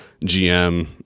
gm